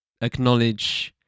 acknowledge